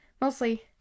mostly